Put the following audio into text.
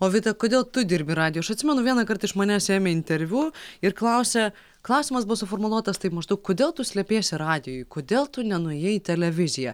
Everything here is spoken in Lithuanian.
o kodėl tu dirbi radijuj aš atsimenu vienąkart iš manęs ėmė interviu ir klausė klausimas buvo suformuluotas taip maždaug kodėl tu slepiesi radijuj kodėl tu nenuėjai į televiziją